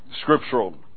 scriptural